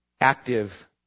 active